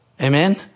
Amen